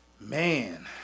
Man